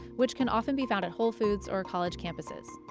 which can often be found at whole foods or college campuses.